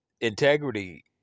integrity